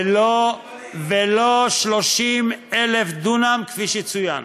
ולא 30,000 דונם כפי שצוין.